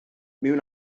mewn